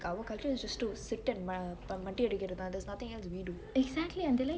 our culture is just to sit மட்டி அடிக்குருதுதா:matti adikeruthuthaa there's nothing else that we do